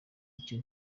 icyo